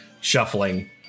shuffling